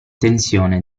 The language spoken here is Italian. tensione